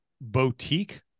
boutique